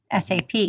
SAP